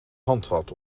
handvat